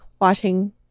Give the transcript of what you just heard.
watching